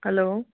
hello